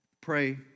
Pray